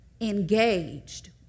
Engaged